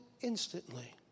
instantly